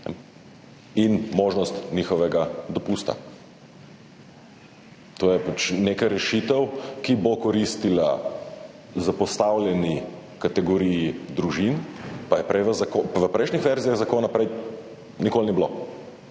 in možnost njihovega dopusta. To je neka rešitev, ki bo koristila zapostavljeni kategoriji družin, pa je v prejšnjih verzijah zakona nikoli ni bilo,